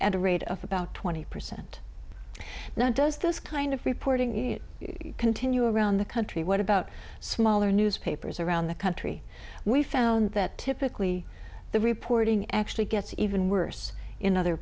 at a rate of about twenty percent now does this kind of reporting continue around the country what about smaller newspapers around the country we found that typically the reporting actually gets even worse in other